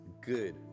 good